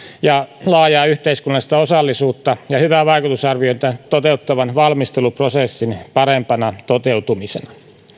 ja laajaa yhteiskunnallista osallisuutta ja hyvää vaikutusarviointia toteuttavan valmisteluprosessin parempana toteutumisena